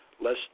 less